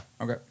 Okay